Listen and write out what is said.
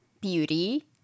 beauty